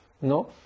¿no